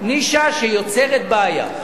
נישה שיוצרת בעיה.